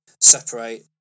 separate